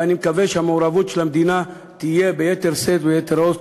ואני מקווה שהמעורבות של המדינה תהיה ביתר שאת וביתר עוז.